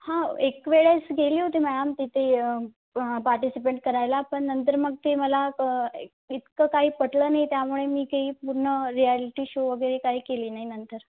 हां एक वेळेस गेले होते मॅअम तिथे पार्टिसिपंट करायला पण नंतर मग ते मला क इ इतकं काही पटलं नाही त्यामुळे मी काही पूर्ण रिॲलिटी शो वगैरे काही केले नाही नंतर